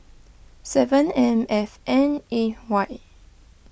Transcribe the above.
seven M F N A Y